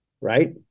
right